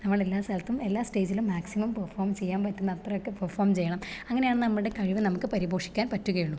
നമ്മൾ എല്ലാ സ്ഥലത്തും എല്ലാ സ്റ്റേജിലും മാക്സിമം പെർഫോം ചെയ്യാൻ പറ്റുന്ന അത്രയൊക്കെ പെർഫോം ചെയ്യണം അങ്ങനെയാണ് നമ്മുടെ കഴിവ് നമുക്ക് പരിപോഷിക്കാൻ പറ്റുകയുള്ളൂ